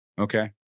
Okay